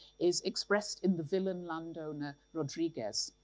is expressed in the villain landowner rodriguez.